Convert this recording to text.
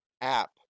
app